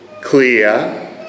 clear